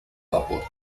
vapor